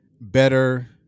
better